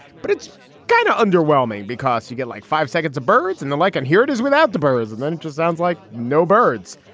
but it's kind of underwhelming because you get like five seconds of birds and the like and here it is without the birds and then just sounds like no birds.